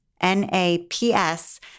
N-A-P-S